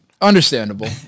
Understandable